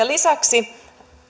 lisäksi